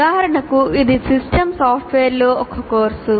ఉదాహరణకు ఇది సిస్టమ్ సాఫ్ట్వేర్లొ ఒక కోర్సు